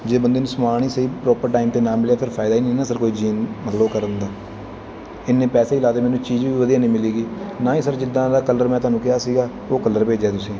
ਜੇ ਬੰਦੇ ਨੂੰ ਸਮਾਨ ਹੀ ਸਹੀ ਪ੍ਰੋਪਰ ਟਾਈਮ 'ਤੇ ਨਾ ਮਿਲਿਆ ਫਿਰ ਫਾਇਦਾ ਹੀ ਨਹੀਂ ਨਾ ਸਰ ਕੋਈ ਜੀਨ ਮਤਲਬ ਉਹ ਕਰਨ ਦਾ ਇੰਨੇ ਪੈਸੇ ਵੀ ਲਾ ਤੇ ਮੈਨੂੰ ਚੀਜ਼ ਵੀ ਵਧੀਆ ਨਹੀਂ ਮਿਲੀ ਹੈਗੀ ਨਾ ਹੀ ਸਰ ਜਿੱਦਾਂ ਦਾ ਕਲਰ ਮੈਂ ਤੁਹਾਨੂੰ ਕਿਹਾ ਸੀਗਾ ਉਹ ਕਲਰ ਭੇਜਿਆ ਤੁਸੀਂ